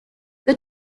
the